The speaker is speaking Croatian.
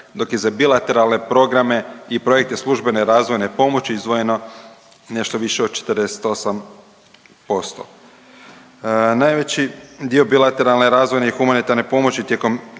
dok je za bilateralne programe i projekte službene razvojne pomoći izdvojeno nešto više od 48%. Najveći dio bilateralne i razvojne i humanitarne pomoći tijekom